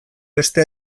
beste